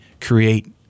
create